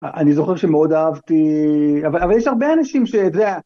‫אני זוכר שמאוד אהבתי, ‫אבל יש הרבה אנשים שזה ה...